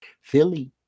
Philly